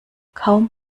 kaum